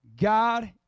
God